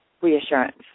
reassurance